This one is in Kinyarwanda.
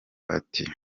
ati